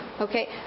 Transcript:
Okay